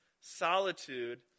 solitude